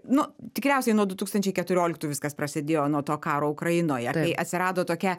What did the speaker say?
nu tikriausiai nuo du tūkstančiai keturioliktų viskas prasidėjo nuo to karo ukrainoje kai atsirado tokia